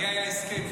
לי היה הסכם,